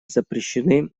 запрещены